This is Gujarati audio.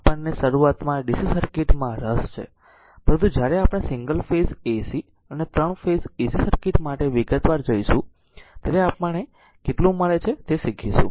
આપણને શરૂઆતમાં DC સર્કિટ માં રસ છે પરંતુ જ્યારે આપણે સિંગલ ફેઝ AC અને 3 ફેઝ AC સર્કિટ માટે વિગતવાર જઈશું ત્યારે આપણે કેટલું મળે છે તે શીખીશું